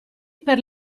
per